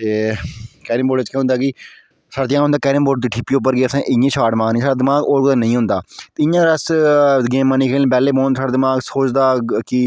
ते केरमबोट च केह् होंदा कि असें ठिप्पी उप्पर इयां शाट मारनी केह् साढ़ा दिमाग और कुदे नेईं होंदा इयां अगर अस गेमा नेईं खेलने ते साढ़ा दिमाग सोचदा कि